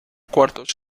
cuartos